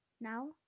Now